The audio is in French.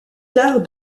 tard